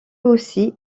aussi